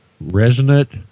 Resonant